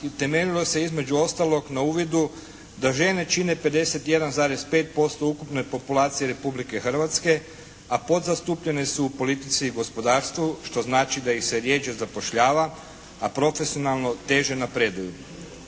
temeljilo se između ostalog na uvidu da žene čine 51,5% ukupne populacije Republike Hrvatske, a podzastupljene su u politici i gospodarstvu što znači da ih se rjeđe zapošljava a profesionalno teže napreduju.